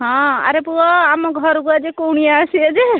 ହଁ ଆରେ ପୁଅ ଆମ ଘରକୁ ଆଜି କୁଣିଆ ଆସିବେ ଯେ